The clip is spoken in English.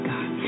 God